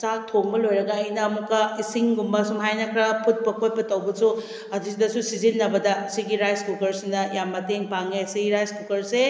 ꯆꯥꯛ ꯊꯣꯡꯕ ꯂꯣꯏꯔꯒ ꯑꯩꯅ ꯑꯃꯨꯛꯀ ꯏꯁꯤꯡꯒꯨꯝꯕ ꯁꯨꯃꯥꯏꯅ ꯈꯔ ꯐꯨꯠꯄ ꯈꯣꯠꯄ ꯇꯧꯕꯁꯨ ꯑꯁꯤꯗꯁꯨ ꯁꯤꯖꯤꯟꯅꯕꯗ ꯑꯁꯤꯒꯤ ꯔꯥꯏꯁ ꯀꯨꯀꯔꯁꯤꯅ ꯌꯥꯝꯅ ꯃꯇꯦꯡ ꯄꯥꯡꯉꯦ ꯑꯁꯤꯒꯤ ꯔꯥꯏꯁ ꯀꯨꯀꯔꯁꯦ